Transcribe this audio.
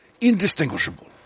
Indistinguishable